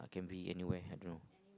be anywhere I don't know